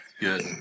Good